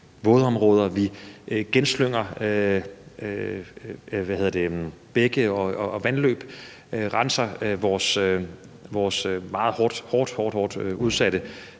vådområder; vi genslynger bække og vandløb; vi renser vores meget hårdt udsatte